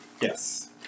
Yes